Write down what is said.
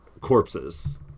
corpses